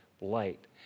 light